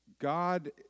God